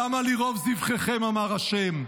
"למה לי רב זבחיכם אמר ה'".